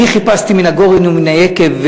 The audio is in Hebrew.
אני חיפשתי, מן הגורן ומן היקב,